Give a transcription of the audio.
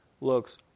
looks